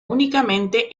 únicamente